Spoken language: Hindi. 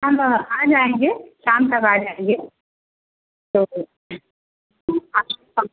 हम आ जाएंगे शाम तक आ जाएंगे